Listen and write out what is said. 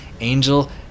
Angel